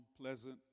pleasant